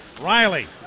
Riley